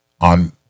on